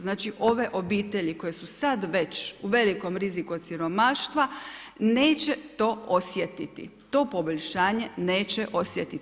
Znači one obitelji koje su sada već u velikom riziku od siromaštva, neće to osjetiti, to poboljšanje neće osjetiti.